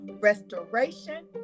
restoration